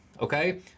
okay